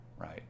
right